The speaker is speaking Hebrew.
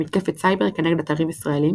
במתקפת סייבר כנגד אתרים ישראלים